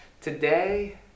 Today